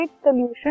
solution